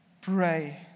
Pray